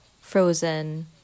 Frozen